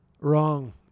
Wrong